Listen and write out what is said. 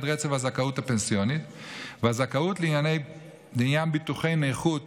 רצף הזכאות הפנסיונית והזכאות לעניין ביטוחי נכות